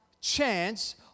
chance